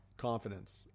confidence